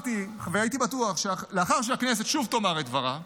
הייתי בטוח שלאחר שהכנסת שוב תאמר את דברה,